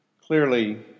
Clearly